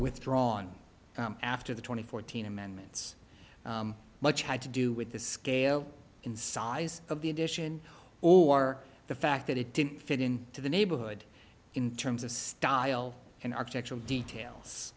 withdrawn after the twenty fourteen amendments much had to do with the scale in size of the addition or the fact that it didn't fit in to the neighborhood in terms of style and architectural details